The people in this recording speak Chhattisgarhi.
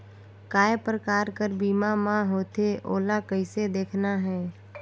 काय प्रकार कर बीमा मा होथे? ओला कइसे देखना है?